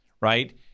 right